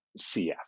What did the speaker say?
CF